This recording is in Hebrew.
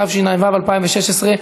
התשע"ו 2016,